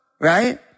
right